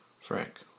Frank